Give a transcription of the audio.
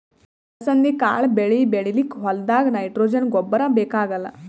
ಅಲಸಂದಿ ಕಾಳ್ ಬೆಳಿ ಬೆಳಿಲಿಕ್ಕ್ ಹೋಲ್ದಾಗ್ ನೈಟ್ರೋಜೆನ್ ಗೊಬ್ಬರ್ ಬೇಕಾಗಲ್